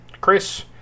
Chris